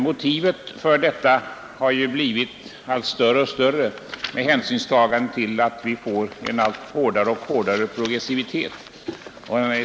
Motivet för detta har ju blivit allt starkare med hänsyn till att progressiviteten blir allt hårdare.